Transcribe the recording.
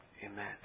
Amen